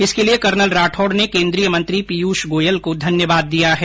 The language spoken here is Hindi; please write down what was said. इसके लिये कर्नल राठौड ने केन्द्रीय मंत्री पीयूष गोयल को धन्यवाद दिया हैं